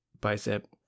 bicep